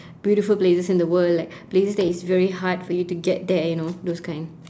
beautiful places in the world like places that is very hard for you to get there you know those kind